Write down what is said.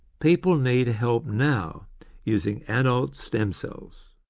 people need help now using adult stem cells.